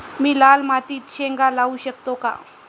मी लाल मातीत शेंगा लावू शकतो का?